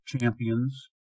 champions